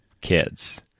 kids